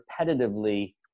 repetitively